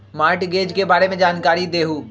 Mortgage के बारे में जानकारी देहु?